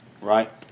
right